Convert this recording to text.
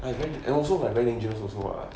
I read also like very dangerous also what